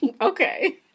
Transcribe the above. Okay